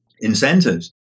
incentives